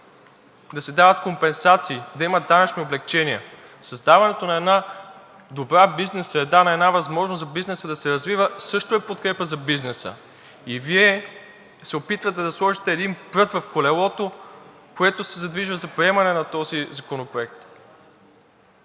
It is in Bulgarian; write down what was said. да се дават компенсации, да има данъчни облекчения. Създаването на една добра бизнес среда, на една възможност за бизнеса да се развива, също е подкрепа за бизнеса. Вие се опитвате да сложите един прът в колелото, което се задвижва за приемане на този законопроект,